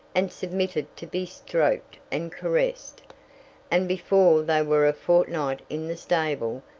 and submitted to be stroked and caressed and before they were a fortnight in the stable,